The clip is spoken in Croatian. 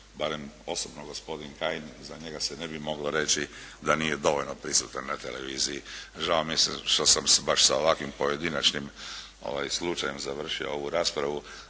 barem osobno gospodin Kajin, za njega se ne bi moglo reći da nije dovoljno prisutan na Televiziji. Žao mi je što sam baš sa ovakvim pojedinačnim slučajem završio ovu raspravu.